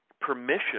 permission